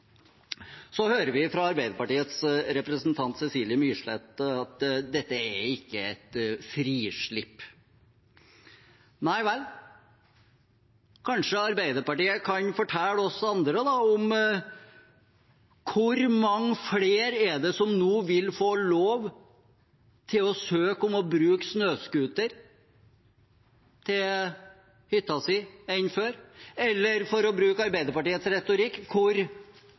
Vi hører fra Arbeiderpartiets representant Cecilie Myrseth at dette ikke er et frislipp. Nei vel, kanskje Arbeiderpartiet kan fortelle oss andre hvor mange flere enn før det er som nå vil få lov til å søke om å bruke snøscooter til hytta – eller for å bruke Arbeiderpartiets retorikk: Hvor